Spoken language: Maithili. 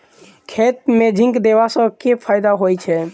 खेत मे जिंक देबा सँ केँ फायदा होइ छैय?